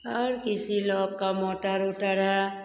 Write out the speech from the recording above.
और किसी लोग को मोटर उटर है